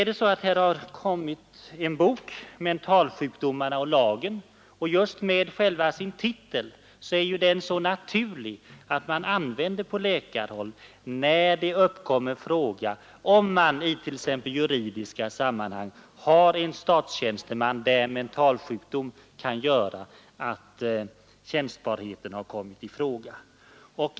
Det har utkommit en bok som heter Mentalsjukdomarna och lagen, och genom själva denna titel är det naturligt att man på läkarhåll använder den, när tjänstbarheten hos en statstjänsteman genom mentalsjukdom kommer i fråga.